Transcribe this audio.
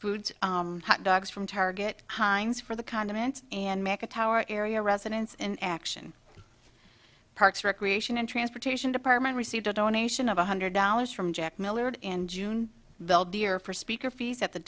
foods hot dogs from target heinz for the condiments and mecca tower area residents in action parks recreation and transportation department received a donation of one hundred dollars from jack millard in june they'll deer for speaker fees at the